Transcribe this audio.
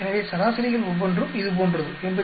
எனவே சராசரிகள் ஒவ்வொன்றும் இது போன்றது 84